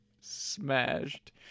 smashed